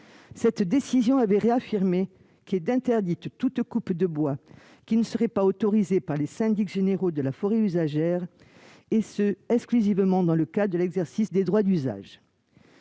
Cette décision avait réaffirmé qu'est « interdite toute coupe de bois qui ne serait pas autorisée par les syndics généraux de la forêt usagère, et ce exclusivement dans le cadre de l'exercice des droits d'usage